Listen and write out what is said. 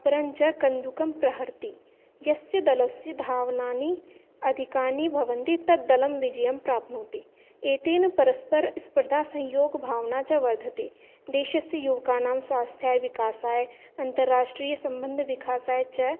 अपरञ्च कन्दुकं प्रहरति यस्य दलस्य धावनानि अधिकानि भवन्ति तद्दलं विजयं प्राप्नोति एतेन परस्परस्पर्धासंयोगभावना च वर्धते देशस्य युवकानां स्वास्थ्याय विकासाय अन्ताराष्ट्रियसम्बन्धविकासाय च